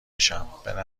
میشم، به